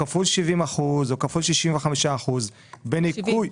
כפול 70% או כפול 65% --- 70.